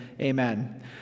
Amen